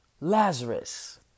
Lazarus